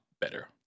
better